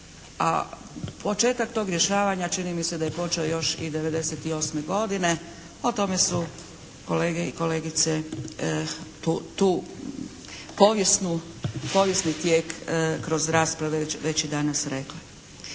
a početak tog rješavanja čini mi se da je počeo još i 1998. godine, o tome su kolege i kolegice taj povijesni tijek kroz raspravu već i danas rekle.